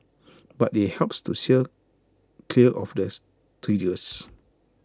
but IT helps to steer clear of the triggers